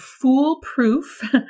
foolproof